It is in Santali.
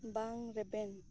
ᱵᱟᱝ ᱨᱮᱵᱮᱱ